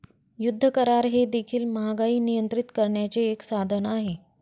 युद्ध करार हे देखील महागाई नियंत्रित करण्याचे एक साधन आहे